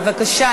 בבקשה.